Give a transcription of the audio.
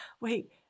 Wait